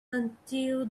until